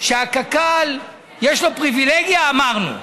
שלקק"ל יש פריבילגיה, אמרנו.